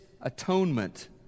atonement